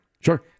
Sure